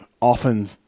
often